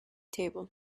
table